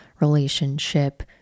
relationship